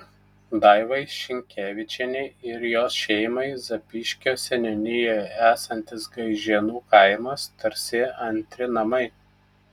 daivai šinkevičienei ir jos šeimai zapyškio seniūnijoje esantis gaižėnų kaimas tarsi antri namai